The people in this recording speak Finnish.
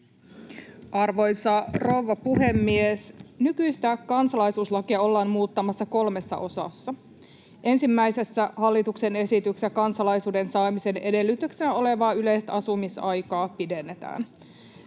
Arvoisa rouva puhemies! Nykyistä kansalaisuuslakia ollaan muuttamassa kolmessa osassa. Ensimmäisessä hallituksen esityksessä kansalaisuuden saamisen edellytyksenä olevaa yleistä asumisaikaa pidennetään.